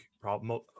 problem